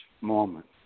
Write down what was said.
moment